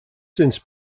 since